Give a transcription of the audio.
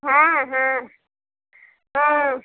हाँ हाँ हाँ